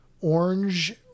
orange